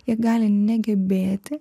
jie gali negebėti